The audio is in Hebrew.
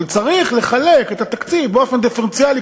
אבל צריך לחלק את התקציב באופן דיפרנציאלי,